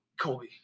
Kobe